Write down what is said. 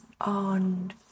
on